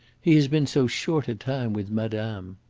he has been so short a time with madame.